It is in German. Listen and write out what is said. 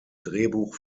drehbuch